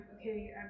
okay